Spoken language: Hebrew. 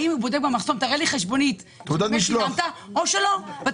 האם הוא בודק במחסום את החשבונית או שאתם סומכים